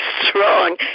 strong